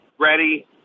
ready